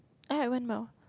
ah it went well